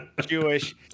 Jewish